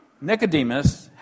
Nicodemus